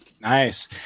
Nice